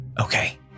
Okay